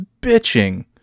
bitching